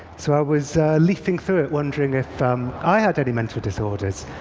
so i was leafing through it, wondering if um i had any mental disorders,